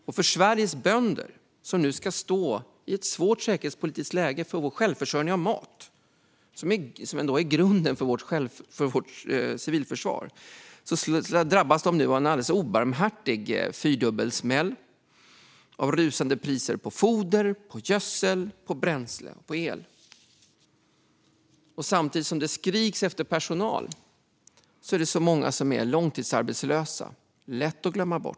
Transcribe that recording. När Sveriges bönder nu står i ett svårt säkerhetspolitiskt läge med tanke på vår självförsörjning av mat, något som är grunden för vårt civilförsvar, drabbas de av en obarmhärtig fyrdubbel smäll genom rusande priser på foder, gödsel, bränsle och el. Samtidigt som det skriks efter personal är många långtidsarbetslösa, vilket är lätt att glömma bort.